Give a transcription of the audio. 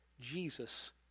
Jesus